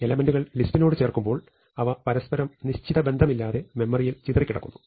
എലെമെന്റുകൾ ലിസ്റ്റിനോട് ചേർക്കുമ്പോൾ അവ പരസ്പരം നിശ്ചിത ബന്ധമില്ലാതെ മെമ്മറിയിൽ ചിതറിക്കിടക്കുന്നു